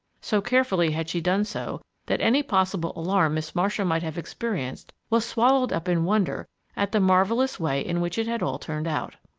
so carefully had she done so that any possible alarm miss marcia might have experienced was swallowed up in wonder at the marvelous way in which it had all turned out.